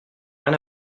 rien